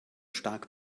stark